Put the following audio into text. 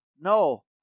no